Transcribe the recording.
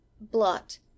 blot